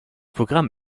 programm